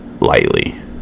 lightly